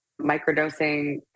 microdosing